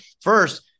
first